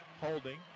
holding